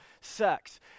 sex